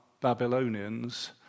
Babylonians